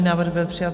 Návrh byl přijat.